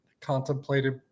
contemplated